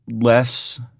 less